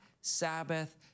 Sabbath